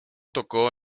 tocó